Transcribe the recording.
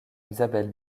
isabelle